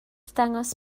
dangos